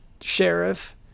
sheriff